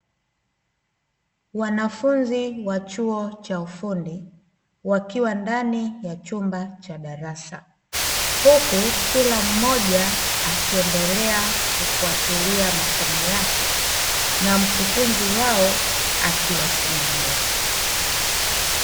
Wanafunzi wa chuo cha ufundi wakiwa ndani ya chumba cha darasa, huku kila mmoja akiendelea kufuatilia masomo yake na mkufunzi wao akiwasimamia.